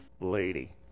lady